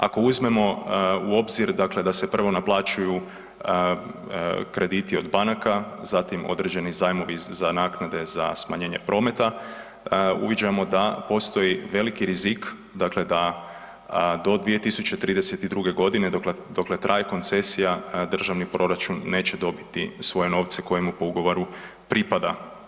Ako uzmemo u obzir da se prvo naplaćuju krediti od banaka, zatim određeni zajmovi za naknade za smanjenje prometa uviđamo da postoji veliki rizik da do 2032. godine dokle traje koncesija državni proračun neće dobiti svoje novce koje mu po ugovoru pripada.